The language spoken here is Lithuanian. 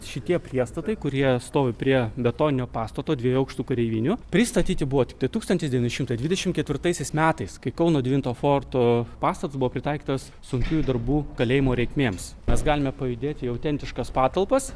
šitie priestatai kurie stovi prie betoninio pastato dviejų aukštų kareivinių pristatyti buvo tiktai tūkstantis devyni šimtai dvidešim ketvirtaisiais metais kai kauno devinto forto pastatas buvo pritaikytas sunkiųjų darbų kalėjimo reikmėms mes galime pajudėti į autentiškas patalpas